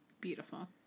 Beautiful